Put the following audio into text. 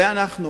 ואנחנו.